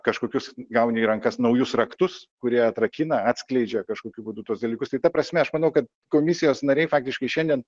kažkokius gauni į rankas naujus raktus kurie atrakina atskleidžia kažkokiu būdu tuos dalykus tai ta prasme aš manau kad komisijos nariai faktiškai šiandien